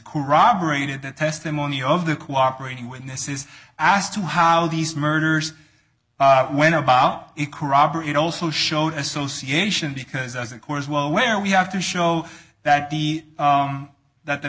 corroborated the testimony of the cooperating witnesses as to how these murders went about it corroborate also showed association because as a core as well where we have to show that the that the